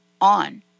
on